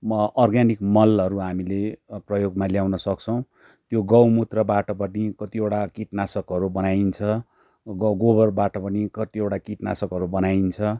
organic मलहरू हामीले प्रयोगमा ल्याउन सक्छौँ त्यो गौमूत्रबाट पनि कतिवटा किटनाशकहरू बनाइन्छ र गोबरबाट पनि कतिवटा किटनाशकहरू बनाइन्छ